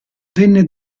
venne